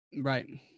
Right